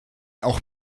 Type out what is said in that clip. auch